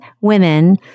women